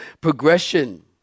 progression